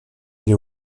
les